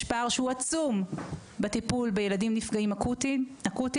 פער שהוא עצום בטיפול בילדים נפגעים אקוטית.